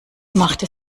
machte